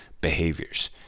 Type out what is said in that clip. behaviors